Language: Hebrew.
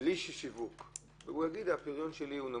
בלי שיווק הוא יגיד שהפריון אצלו נמוך,